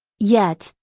yet,